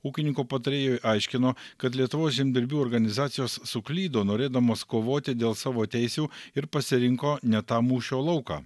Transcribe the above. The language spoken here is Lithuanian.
ūkininko patarėjui aiškino kad lietuvos žemdirbių organizacijos suklydo norėdamos kovoti dėl savo teisių ir pasirinko ne tą mūšio lauką